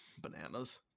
bananas